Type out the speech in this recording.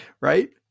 Right